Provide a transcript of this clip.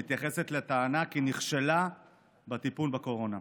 להתייחס לטענה כי היא נכשלה בטיפול בקורונה.